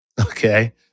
Okay